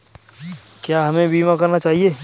क्या हमें बीमा करना चाहिए?